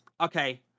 okay